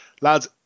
Lads